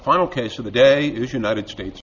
final case of the day is united states